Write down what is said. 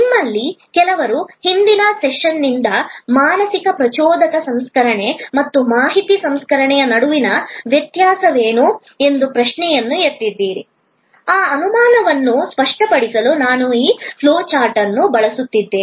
ನಿಮ್ಮಲ್ಲಿ ಕೆಲವರು ಹಿಂದಿನ ಸೆಷನ್ನಿಂದ ಮಾನಸಿಕ ಪ್ರಚೋದಕ ಸಂಸ್ಕರಣೆ ಮತ್ತು ಮಾಹಿತಿ ಸಂಸ್ಕರಣೆಯ ನಡುವಿನ ವ್ಯತ್ಯಾಸವೇನು ಎಂಬ ಪ್ರಶ್ನೆಯನ್ನು ಎತ್ತಿದ್ದಾರೆ ಆ ಅನುಮಾನವನ್ನು ಸ್ಪಷ್ಟಪಡಿಸಲು ನಾನು ಈ ಫ್ಲೋ ಚಾರ್ಟ್ ಅನ್ನು ಬಳಸುತ್ತಿದ್ದೇನೆ